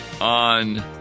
on